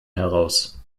heraus